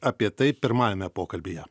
apie tai pirmajame pokalbyje